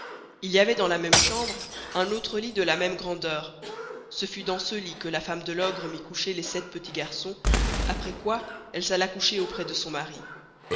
il y avoit dans la même chambre un autre lit de la même grandeur ce fut dans ce lit que la femme de l'ogre mit coucher les sept petits garçons aprés quoi elle s'alla coucher auprés de son mary